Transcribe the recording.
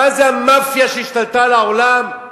מה זה המאפיה שהשתלטה על העולם?